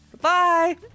Bye